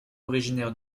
originaire